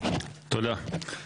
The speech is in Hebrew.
תודה.